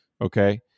okay